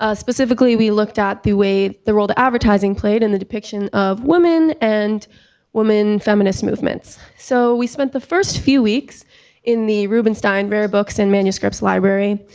ah specifically, we looked at the way the role the advertising played and the depiction of women and women feminist movements. so we spent the first few weeks in the rubenstein rare books and manuscripts library,